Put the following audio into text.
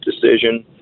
decision